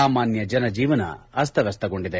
ಸಾಮಾನ್ಯ ಜನಜೀವನ ಅಸ್ತವ್ಪಸ್ತಗೊಂಡಿದೆ